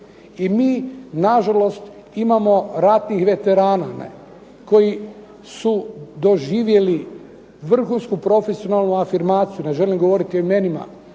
I mi nažalost imamo ratnih veterana koji su doživjeli vrhunsku profesionalnu afirmaciju, ne želim govoriti o imenima,